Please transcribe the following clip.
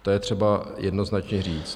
To je třeba jednoznačně říct.